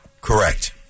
correct